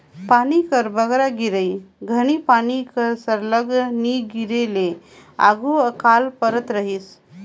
पानी कर बगरा गिरई घनी पानी कर सरलग नी गिरे ले आघु अकाल परत रहिस